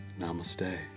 Namaste